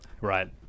Right